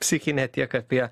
psichinę tiek apie